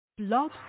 Love